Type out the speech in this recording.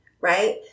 right